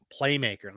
playmaker